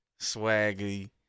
Swaggy